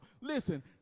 listen